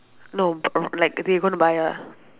no b~ like they going to buy ah